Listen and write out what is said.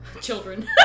children